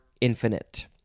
infinite